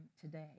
today